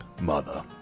mother